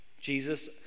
Jesus